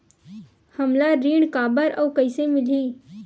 हमला ऋण काबर अउ कइसे मिलही?